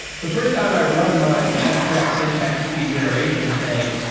the fi rst time i run my abstract syntax tree generation thing,